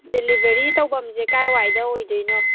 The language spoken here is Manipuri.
ꯗꯤꯂꯤꯕꯔꯤ ꯇꯧꯕꯝꯁꯦ ꯀꯥꯏꯋꯥꯏꯗ ꯑꯣꯏꯗꯣꯏꯅꯣ